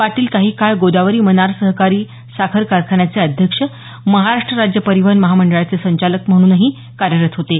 पाटील यांनी काही काळ गोदावरी मनार सहकारी साखर कारखान्याचे अध्यक्ष महाराष्ट राज्य परिवहन महामंडळाचे संचालक म्हणूनही काम केलं होतं